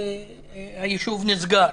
היישוב דיר אל-אסד נסגר,